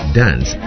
dance